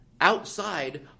outside